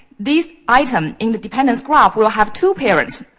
this item in the dependents graph will have two parents,